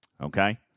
okay